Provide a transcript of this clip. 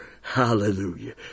Hallelujah